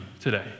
today